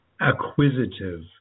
acquisitive